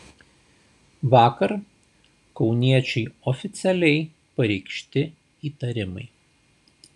vakar kauniečiui oficialiai pareikšti įtarimai